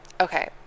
Okay